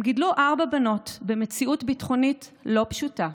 הם גידלו ארבע בנות במציאות ביטחונית לא פשוטה,